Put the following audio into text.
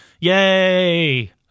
Yay